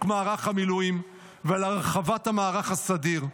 מערך המילואים ולהרחבת המערך הסדיר.